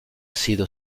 sido